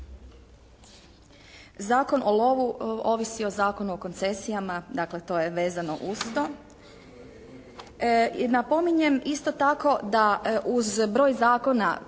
Zakon o lovu ovisi o Zakonu o koncesijama, dakle to je vezano uz to. Napominjem isto tako da uz broj zakona